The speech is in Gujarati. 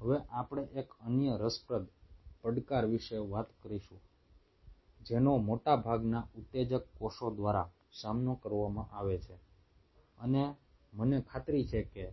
હવે આપણે એક અન્ય રસપ્રદ પડકાર વિશે વાત કરીશું જેનો મોટાભાગના ઉત્તેજક કોષો દ્વારા સામનો કરવામાં આવે છે અને મને ખાતરી છે કે